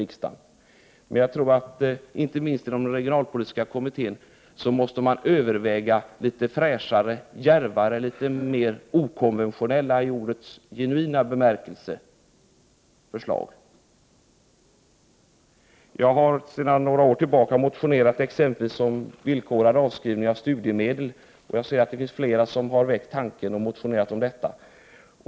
Inte minst inom den regionalpolitiska kommittén måste man överväga litet fräschare, djärvare och i ordets genuina bemärkelse mera okonventionella förslag. Jag har sedan några år motionerat exempelvis om en villkorad avskrivning av studiemedel, och jag ser att det finns flera som har väckt den tanken.